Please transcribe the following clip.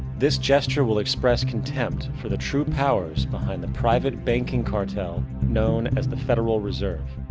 this gesture will express contempt for the true powers behind the private banking cartel known as the federal reserve.